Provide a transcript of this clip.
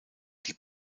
die